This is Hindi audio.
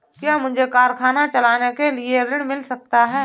क्या मुझे कारखाना चलाने के लिए ऋण मिल सकता है?